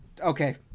okay